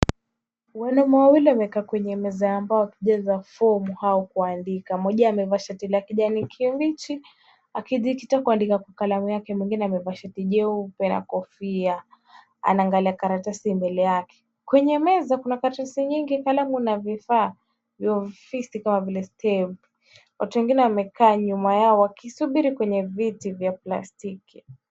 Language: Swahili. Wanaume wawili wamekaa kwenye meza ya mbao wakijaza fomu au kuandika. Mmoja amevaa shati ya kijani kibichi akijikita kuandika kwa kalamu yake. Mwingie amevaa shati juepe na kofia anaangalia karatasi mbele yake. kwenye meza kuna karatasi nyingi kalamu na vifaa vya ofisi kama vile stemp . Watu wengine wamekaa nyuma yao wakisubiri kwenye viti vya plastiki.